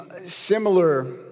similar